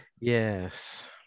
Yes